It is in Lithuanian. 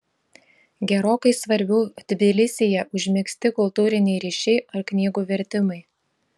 gerokai svarbiau tbilisyje užmegzti kultūriniai ryšiai ar knygų vertimai